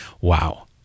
wow